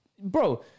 Bro